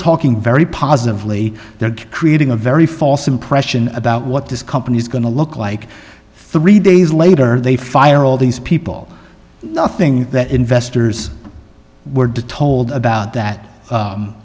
talking very positively they're creating a very false impression about what this company is going to look like three days later they fire all these people nothing that investors were told about that